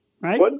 right